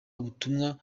ubutumwa